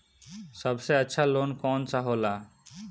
सबसे अच्छा लोन कौन सा होला?